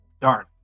Darn